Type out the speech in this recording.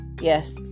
Yes